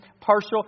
partial